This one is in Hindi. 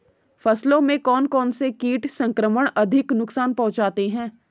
फसलों में कौन कौन से कीट संक्रमण अधिक नुकसान पहुंचाते हैं?